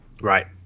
Right